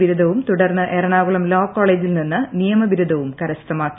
ബിരുദവും തുടർന്ന് എറണാകുളം ലോ കോളേജിൽ നിന്ന് നിയമബിരുദവും കരസ്ഥമാക്കി